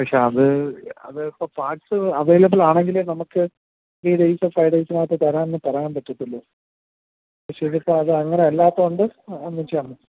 പക്ഷെ അത് അത് ഇപ്പോൾ പാർട്സ് അവൈലബിൾ ആണെങ്കിൽ നമുക്ക് ത്രീ ഡയ്സും ഫൈവ് ഡേയ്സിനകത്ത് തരാമെന്ന് പറയാൻ പറ്റത്തുള്ളൂ പക്ഷേ ഇനി ഇപ്പോൾ അത് അങ്ങനെ അല്ലാത്തത് കൊണ്ട്